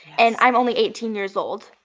and i'm only eighteen years old.